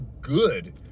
good